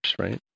right